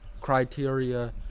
criteria